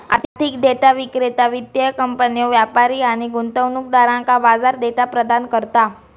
आर्थिक डेटा विक्रेता वित्तीय कंपन्यो, व्यापारी आणि गुंतवणूकदारांका बाजार डेटा प्रदान करता